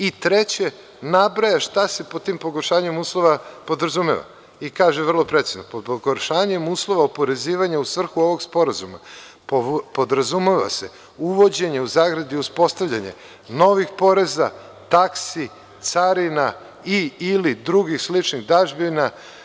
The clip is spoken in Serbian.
I treće, nabraja šta se pod tim pogoršanjima uslova podrazumeva i kaže vrlo precizno – pod pogoršanjem uslova oporezivanja u svrhu ovog sporazuma podrazumeva se uvođenje (uspostavljanje), novih poreza, taksi, carina i/ili drugih sličnih dažbina, povećanje poreskih stopa iznosa taksi i carina i/ili drugih i sličnih dažbina.